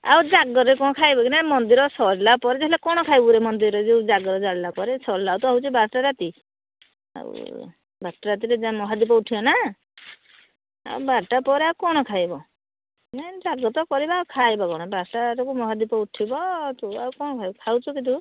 ଆଉ ଜାଗର ରେ କ'ଣ ଖାଇବକି ନାଇ ମନ୍ଦିର ସରିଲା ପରେ ହେଲେ କ'ଣ ଖାଇବୁ ରେ ମନ୍ଦିରରେ ଜାଗର ଜାଳିଲା ପରେ ସରିଲା ବେଳକୁ ତ ହେଉଛି ବାର ଟା ରାତି ଆଉ ବାରଟା ରାତିରେ ମହାଦୀପ ଉଠିବ ନାଁ ଆଉ ବାରଟା ପରେ ଆଉ କ'ଣ ଖାଇବ ନାଇ ଜାଗର ତ କରିବା ଖାଇବ କ'ଣ ବାର ଟା ରାତି କୁ ମହାଦୀପ ଉଠିବ ତୁ ଆଉ କ'ଣ ଖାଇବୁ ଖାଉଛୁ କି ତୁ